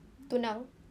tunang